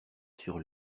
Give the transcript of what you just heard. sur